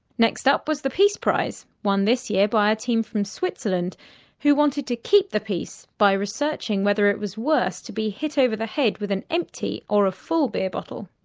next up was the peace prize, won this year by a team from switzerland who wanted to keep the peace by researching whether it was worse to be hit over the head with an empty or a full beer bottle.